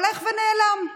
הולך ונעלם.